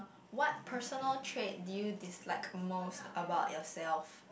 what personal trait did you dislike most about yourself